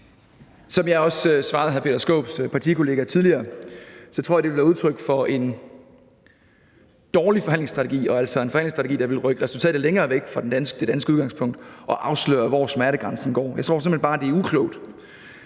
Som jeg også svarede hr. Peter Skaarups partikollega tidligere, tror jeg, det ville være udtryk for en dårlig forhandlingsstrategi og altså en forhandlingsstrategi, der ville rykke resultatet længere væk fra det danske udgangspunkt, at afsløre, hvor smertegrænsen går. Jeg tror simpelt hen bare, det er uklogt.